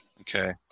Okay